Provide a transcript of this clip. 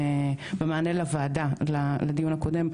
במענה לוועדה לדיון הקודם,